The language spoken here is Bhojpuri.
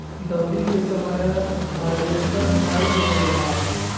दँवरी के समय हार्वेस्टर नाइ मिलेला